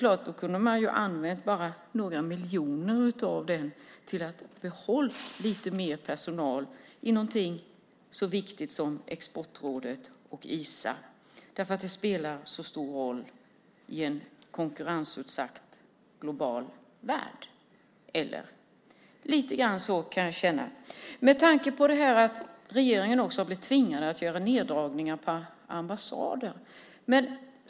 Man kunde ha använt bara några miljoner av det till att behålla lite mer personal i något så viktigt som Exportrådet och Isa, för det spelar så stor roll i en konkurrensutsatt global värld. Eller? Lite grann så kan jag känna. Regeringen blir tvingad att göra neddragningar på ambassader.